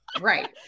right